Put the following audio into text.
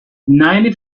ninety